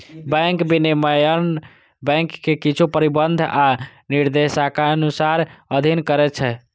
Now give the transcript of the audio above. bank विनियमन bank कें किछु प्रतिबंध आ दिशानिर्देशक अधीन करै छै